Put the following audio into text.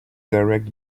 direct